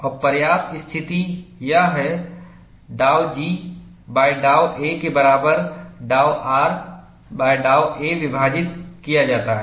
और पर्याप्त स्थिति यह है डॉवGडॉव के बराबर डॉवRडॉव a विभाजित किया जाता है